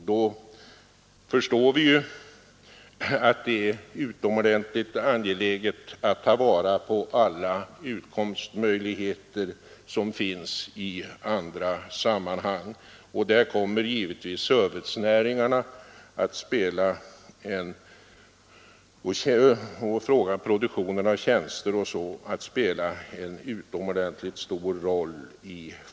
Det är därför utomordentligt angeläget att ta vara på alla tillgängliga utkomstmöjligheter, och då kommer givetvis servicenäringarna och behovet av tjänster av olika slag i fortsättningen att spela en utomordentligt stor roll.